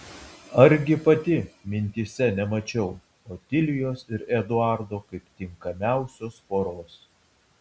argi pati mintyse nemačiau otilijos ir eduardo kaip tinkamiausios poros